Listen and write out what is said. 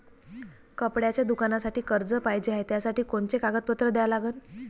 कपड्याच्या दुकानासाठी कर्ज पाहिजे हाय, त्यासाठी कोनचे कागदपत्र द्या लागन?